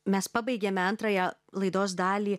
mes pabaigėme antrąją laidos dalį